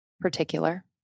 particular